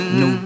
no